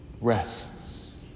rests